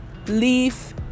leave